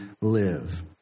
live